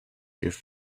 through